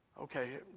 Okay